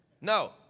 No